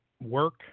work